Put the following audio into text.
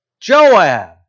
Joab